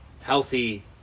healthy